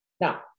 Now